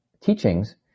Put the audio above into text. teachings